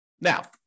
Now